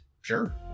Sure